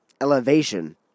elevation